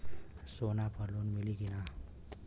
सोना पर लोन मिली की ना?